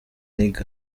nigga